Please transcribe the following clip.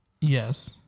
Yes